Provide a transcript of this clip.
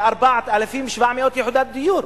כ-4,700 יחידות דיור,